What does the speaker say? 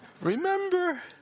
Remember